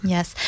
Yes